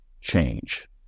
change